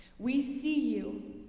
we see you.